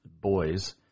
boys